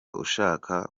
ushaka